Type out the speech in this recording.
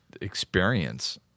experience